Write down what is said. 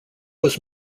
was